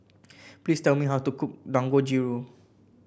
please tell me how to cook Dangojiru